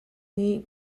nih